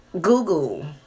Google